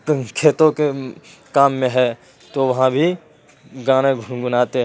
کھیتوں کے کام میں ہے تو وہاں بھی گانے گنگناتے